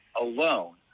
alone